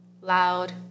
loud